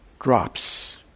drops